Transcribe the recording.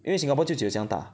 因为 Singapore 就只有这样大